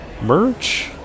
merch